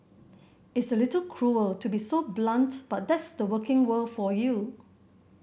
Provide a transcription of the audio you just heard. it's a little cruel to be so blunt but that's the working world for you